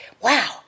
wow